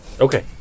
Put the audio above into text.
Okay